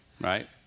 right